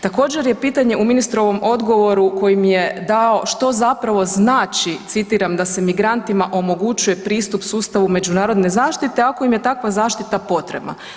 Također je pitanje u ministrovom odgovoru kojim je dao što zapravo znači citiram „da se migrantima omogućuje pristup sustavu međunarodne zaštite ako im je takva zaštita potrebna“